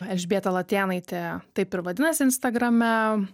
elžbieta latėnaitė taip ir vadinasi instagrame